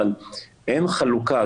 אבל אין חלוקה.